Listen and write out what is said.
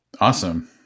Awesome